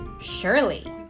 surely